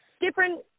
different